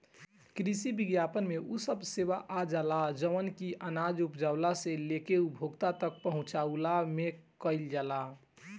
कृषि विपणन में उ सब सेवा आजाला जवन की अनाज उपजला से लेके उपभोक्ता तक पहुंचवला में कईल जाला